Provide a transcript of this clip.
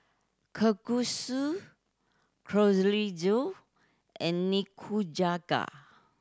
Kalguksu and Nikujaga